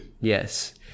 Yes